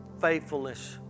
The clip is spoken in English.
faithfulness